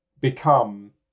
become